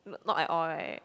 not at all right